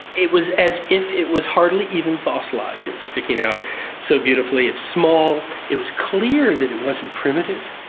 it was as if it was hardly even fossilised, it was sticking out so beautifully. it's small. it was clear that it wasn't primitive,